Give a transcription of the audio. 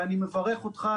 ואני מברך אותך,